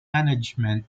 management